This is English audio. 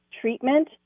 treatment